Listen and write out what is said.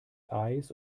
eis